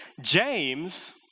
James